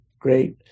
great